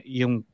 yung